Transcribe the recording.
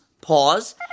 pause